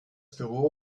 büro